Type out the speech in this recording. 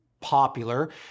popular